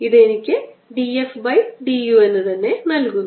ഇത് എനിക്ക് d f by d u എന്ന് തന്നെ നൽകുന്നു